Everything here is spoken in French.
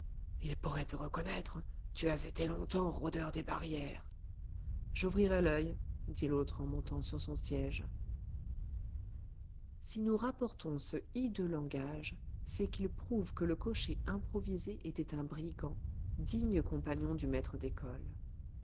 ils pourraient te reconnaître tu as été longtemps rôdeur des barrières j'ouvrirai l'oeil dit l'autre en montant sur son siège si nous rapportons ce hideux langage c'est qu'il prouve que le cocher improvisé était un brigand digne compagnon du maître d'école